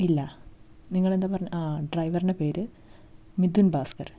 ഇല്ല നിങ്ങൾ എന്താ പറഞ്ഞത് ആ ഡ്രൈവറിൻ്റെ പേര് മിഥുൻ ഭാസ്കർ